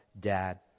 dad